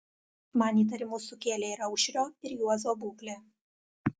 man įtarimų sukėlė ir aušrio ir juozo būklė